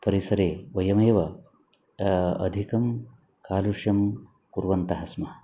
परिसरे वयमेव अधिकं कालुश्यं कुर्वन्तः स्मः